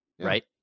Right